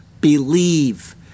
believe